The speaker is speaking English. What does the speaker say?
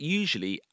usually